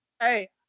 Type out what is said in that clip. Hey